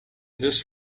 this